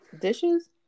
dishes